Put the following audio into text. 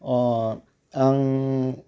अ आं